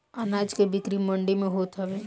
अनाज के बिक्री मंडी में होत हवे